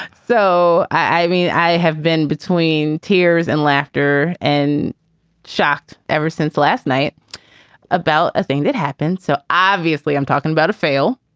so, i mean, i have been between tears and laughter and shocked. ever since last night about a thing that happened. so obviously, i'm talking about a fail.